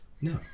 No